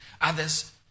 others